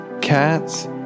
cats